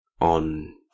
on